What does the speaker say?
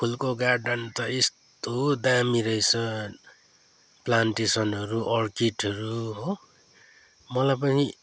फुलको गार्डन त यस्तो दामी रहेछ प्लान्टेसनहरू अर्किडहरू हो मलाई पनि